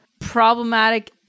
problematic